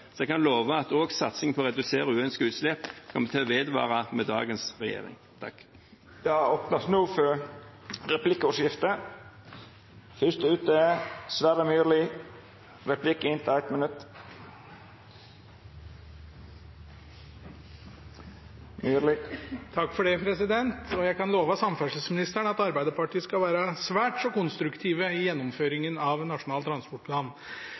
Så jeg kan love at også satsing på å redusere uønskede utslipp kommer til å vedvare med dagens regjering. Det vert replikkordskifte. Jeg kan love samferdselsministeren at Arbeiderpartiet skal være svært så konstruktive i gjennomføringen av Nasjonal transportplan.